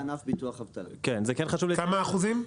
כמה אחוזים?